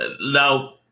now